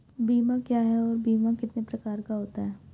बीमा क्या है और बीमा कितने प्रकार का होता है?